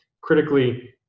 Critically